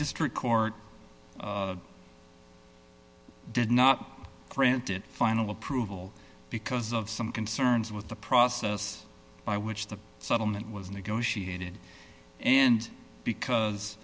district court did not grant it final approval because of some concerns with the process by which the settlement was negotiated and because